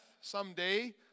someday